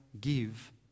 give